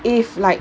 if like